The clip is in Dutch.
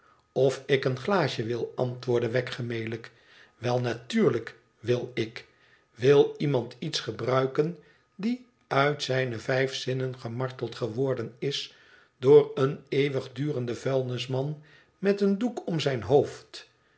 tof ik een glaasje wil antwoordde wegg gemelijk wel natuurlijk wil ik wil iemand iets gebruiken die uit zijne vijf zinnen gemarteld geworden is door een eeuwigdurenden vuilisman met een doek om zijn hoofd